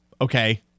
okay